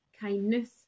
kindness